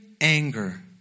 anger